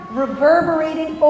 reverberating